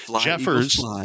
Jeffers